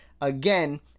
again